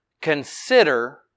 consider